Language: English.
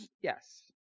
yes